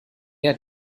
had